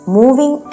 moving